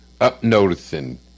up-noticing